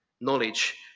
knowledge